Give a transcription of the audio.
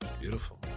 Beautiful